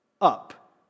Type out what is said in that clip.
up